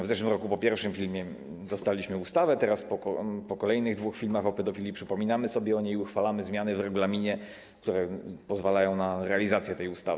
W zeszłym roku po pierwszym filmie dostaliśmy ustawę, teraz po kolejnych dwóch filmach o pedofilii przypominamy sobie o niej i uchwalamy zmiany w regulaminie, które pozwalają na realizację tej ustawy.